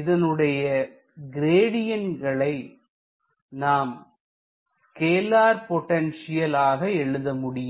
இதனுடைய கிரேடியான்ட்களை நாம் ஸ்கேலார் பொட்டன்ஷியல் ஆக எழுத முடியும்